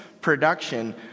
production